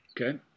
okay